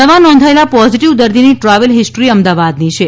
નવા નોંધાયેલ પોઝીટીવ દર્દીની ટ્રાવેલ હિસ્ટ્રી અમદાવાદની છે